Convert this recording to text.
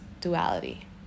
duality